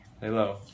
Hello